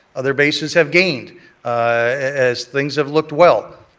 other bases have gained as things have looked well.